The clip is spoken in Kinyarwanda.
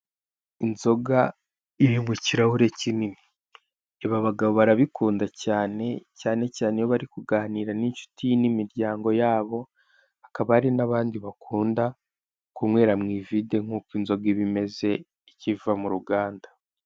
Inzoga iri mu kirahure kinini. Ibi abagabo barabikunda cyane , cyane cyane iyo bari kuganira n'incuti n'imiryango yabo hakaba hari n'abandi bakunda kunywera mu ivide nkuko inzoga iba imeze ikiva mu ruganda.